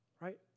right